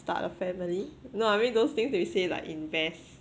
start a family no I mean those things they say like invest